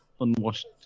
unwashed